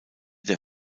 der